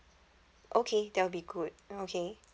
okay that will be good okay